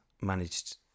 managed